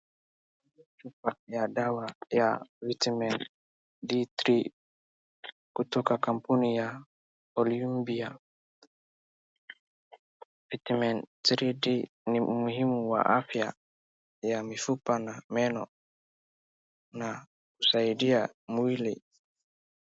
Chupa ya dawa ya Vitamin D3 kutoka kampuni ya olympia, vitamin 3d ni muhimu kwa afya ya mifupa na meno na husaidia mwili.